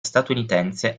statunitense